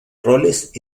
roles